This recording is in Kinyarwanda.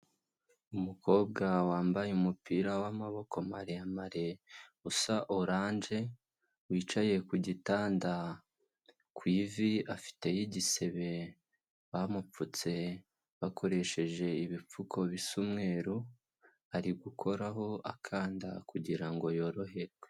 Umukobwa wambaye umupira w'amaboko maremare, usa oranje, wicaye ku gitanda, ku ivi afiteho igisebe, bamupfutse bakoresheje ibipfuko bisa umweru, ari gukoraho akanda kugira ngo yoroherwe.